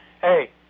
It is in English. Hey